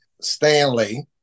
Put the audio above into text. Stanley